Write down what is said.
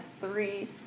three